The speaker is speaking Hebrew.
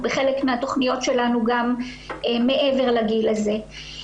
בחלק מן התוכניות שלנו גם מעבר לגיל הזה.